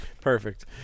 perfect